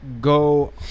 go